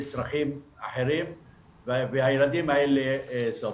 לצרכים אחרים והילדים האלה סובלים.